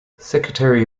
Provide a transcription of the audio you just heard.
secretary